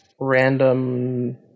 Random